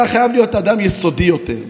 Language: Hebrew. אתה חייב להיות אדם יסודי יותר,